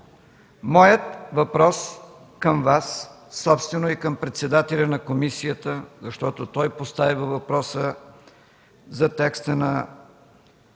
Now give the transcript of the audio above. Моят въпрос е към Вас, собствено и към председателя на комисията, защото той постави въпроса за текста на